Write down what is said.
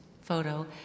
photo